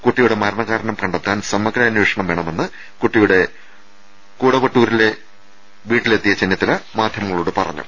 കുട്ടിയുടെ മരണ കാരണം കണ്ടെത്താൻ സമഗ്രാന്വേഷണം വേണമെന്ന് കുട്ടിയുടെ കൂടവട്ടൂരിലെ വീട്ടിലെത്തിയ ചെന്നിത്തല മാധ്യമങ്ങളോട് പറഞ്ഞു